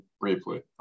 briefly